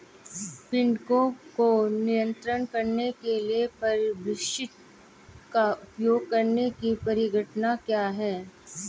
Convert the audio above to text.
पीड़कों को नियंत्रित करने के लिए परभक्षी का उपयोग करने की परिघटना क्या है?